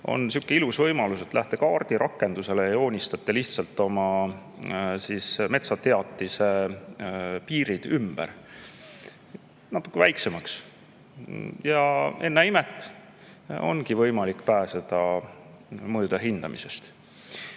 ilus võimalus, et lähete kaardirakendusele ja joonistate lihtsalt oma metsateatise piirid ümber, natuke väiksemaks. Ja ennäe imet, ongi võimalik pääseda mõjude hindamisest!